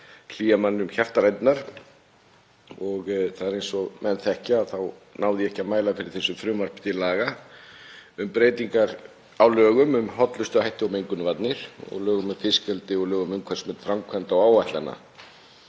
hlýjar manni um hjartaræturnar. Eins og menn þekkja þá náði ég ekki að mæla fyrir þessu frumvarpi til laga um breytingu á lögum um hollustuhætti og mengunarvarnir, lögum um fiskeldi og lögum um umhverfismat framkvæmda og áætlana.